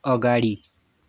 अगाडि